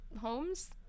homes